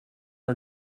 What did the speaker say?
our